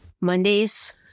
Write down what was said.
Mondays